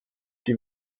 die